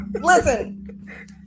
listen